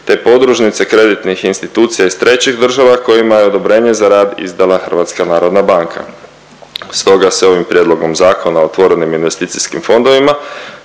te podružnice kreditnih institucija iz trećih država kojima je odobrenje za rad izdala HNB. Stoga se ovim prijedlogom Zakona o otvorenim investicijskim fondovima